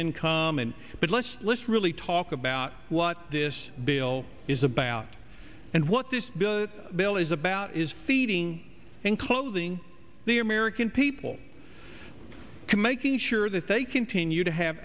income and but let's let's really talk about what this bill is about and what this bill is about is feeding and clothing the american people can make sure that they continue to have